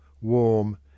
warm